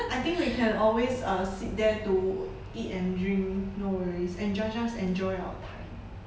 I think we can always uh sit there to eat and drink no worries and just us enjoy our time